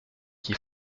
qui